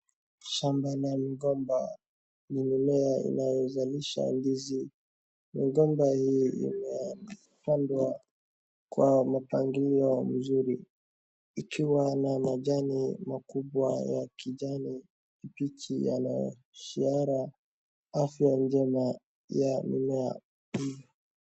shamba ina mgomba ni mmea inayozalisha ndizi. Mgomba hii imepandwa kwa mpangilio mzuri ikiwa na majini kubwa ya kijani kibichi yanaonyeshana ishara afya njema ya mmea.